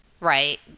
Right